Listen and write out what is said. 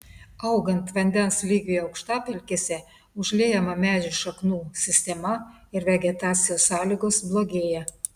augant vandens lygiui aukštapelkėse užliejama medžių šaknų sistema ir vegetacijos sąlygos blogėja